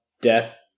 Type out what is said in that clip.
death